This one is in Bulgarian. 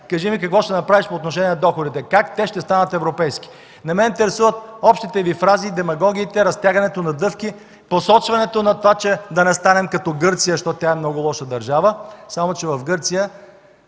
„Кажи ми какво ще направиш по отношение на доходите, как те ще станат европейски? Не ме интересуват общите Ви фрази и демагогии, разтягането на дъвки, посочването на това да не станем като Гърция, защото тя е много лоша държава”. Само че в Гърция